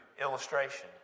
illustration